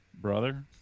Brother